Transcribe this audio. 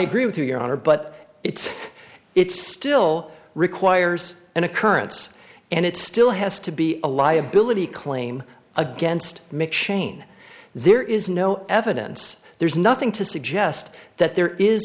agree with you your honor but it's it's still requires an occurrence and it still has to be a liability claim against mc chain there is no evidence there's nothing to suggest that